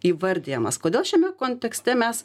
įvardijamas kodėl šiame kontekste mes